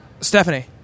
Stephanie